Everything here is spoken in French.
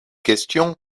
question